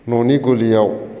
न'नि गलियाव